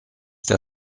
der